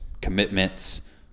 commitments